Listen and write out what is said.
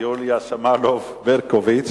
יוליה שמאלוב-ברקוביץ.